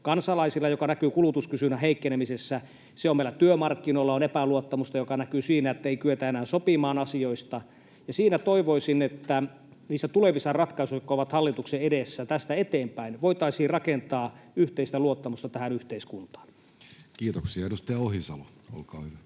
kansalaisilla, mikä näkyy kulutuskysynnän heikkenemisessä, se on meillä työmarkkinoilla, on epäluottamusta, joka näkyy siinä, ettei kyetä enää sopimaan asioista. Toivoisin, että niissä tulevissa ratkaisuissa, jotka ovat hallituksella edessä tästä eteenpäin, voitaisiin rakentaa yhteistä luottamusta tähän yhteiskuntaan. [Speech 8] Speaker: Jussi Halla-aho